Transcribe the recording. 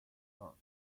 york